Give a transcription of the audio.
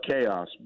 chaos